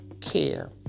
care